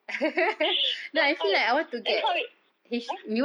so os~ then how !huh!